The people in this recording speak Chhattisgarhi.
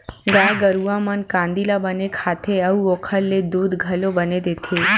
गाय गरूवा मन कांदी ल बने खाथे अउ ओखर ले दूद घलो बने देथे